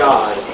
God